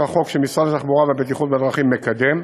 החוק שמשרד התחבורה והבטיחות בדרכים מקדם,